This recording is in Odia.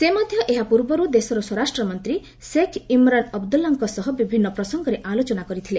ସେ ମଧ୍ୟ ଏହା ପୂର୍ବରୁ ଦେଶର ସ୍ୱରାଷ୍ଟ୍ରମନ୍ତ୍ରୀ ସେକ୍ ଇମ୍ରାନ୍ ଅବଦୁଲ୍ଲାଙ୍କ ସହ ବିଭିନ୍ନ ପ୍ରସଙ୍ଗରେ ଆଲୋଚନା କରିଥିଲେ